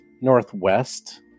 northwest